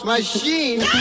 Machine